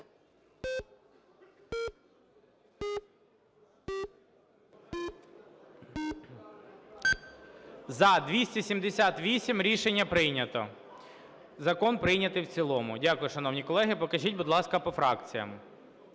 За-278 Рішення прийнято. Закон прийнятий в цілому. Дякую, шановні колеги. Покажіть, будь ласка, по фракціях.